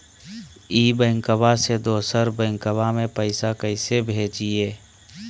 ई बैंकबा से दोसर बैंकबा में पैसा कैसे भेजिए?